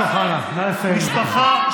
חבר הכנסת אוחנה, נא לסיים, בבקשה.